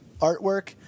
artwork